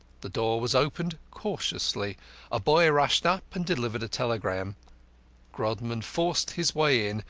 the door was opened cautiously a boy rushed up and delivered a telegram grodman forced his way in,